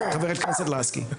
חברת הכנסת לסקי.